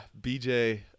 BJ